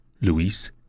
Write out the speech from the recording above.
Luis